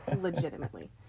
legitimately